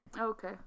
Okay